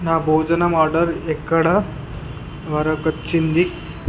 నా భోజనం ఆర్డర్ ఎక్కడ వరకొచ్చింది